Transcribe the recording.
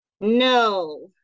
No